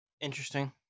Interesting